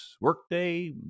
Workday